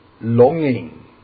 longing